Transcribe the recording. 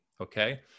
okay